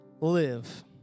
live